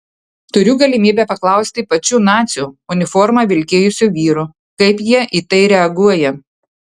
turiu galimybę paklausti pačių nacių uniformą vilkėjusių vyrų kaip jie į tai reaguoja